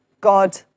God